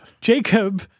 Jacob